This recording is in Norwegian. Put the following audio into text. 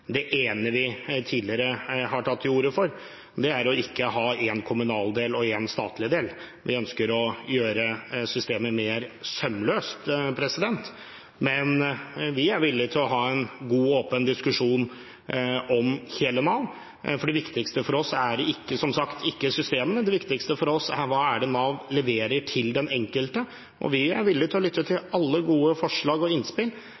Det ene vi tidligere har tatt til orde for, er å ikke ha en kommunal del og en statlig del. Vi ønsker å gjøre systemet mer sømløst. Men vi er villig til å ha en god og åpen diskusjon om hele Nav. Det viktigste for oss er, som sagt, ikke systemet, det viktigste for oss er hva det er Nav leverer til den enkelte. Vi er villig til å lytte til alle gode forslag og innspill.